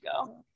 go